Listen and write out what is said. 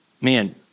man